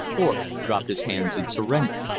thorpe dropped his hands in surrender.